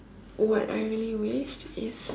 what I really wished is